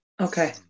Okay